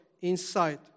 inside